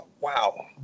wow